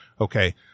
Okay